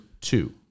two